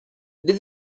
did